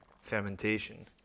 fermentation